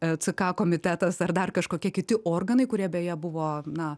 ck komitetas ar dar kažkokie kiti organai kurie beje buvo na